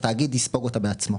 התאגיד יספוג אותה בעצמו.